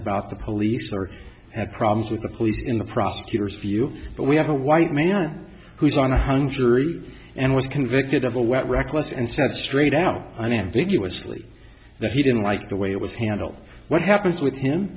about the police or had problems with the police in the prosecutor's view but we have a white man who's on a hung jury and was convicted of a wet reckless and said straight out unambiguously that he didn't like the way it was handle what happens with him